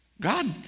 God